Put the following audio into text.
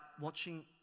watching